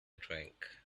drink